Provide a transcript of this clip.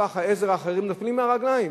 כוח העזר האחר נופל מהרגליים,